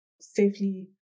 safely